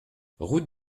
route